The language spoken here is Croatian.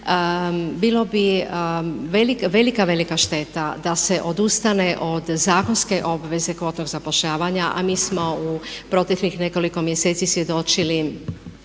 velika, velika šteta da se odustane od zakonske obveze kvotnog zapošljavanja, a mi smo u proteklih nekoliko mjeseci svjedočilo